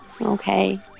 Okay